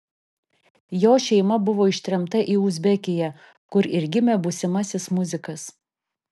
jo šeima buvo ištremta į uzbekiją kur ir gimė būsimasis muzikas